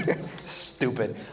Stupid